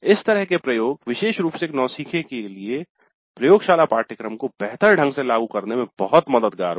इस तरह के प्रयोग विशेष रूप से एक नौसिखिए के लिए प्रयोगशाला पाठ्यक्रम को बेहतर ढंग से लागू करने में बहुत मददगार होगा